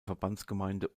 verbandsgemeinde